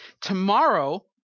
tomorrow